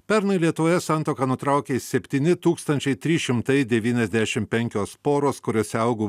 pernai lietuvoje santuoką nutraukė septyni tūkstančiai trys šimtai devyniasdešimt penkios poros kuriose augo